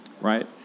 right